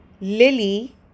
Lily